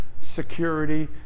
security